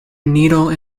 needle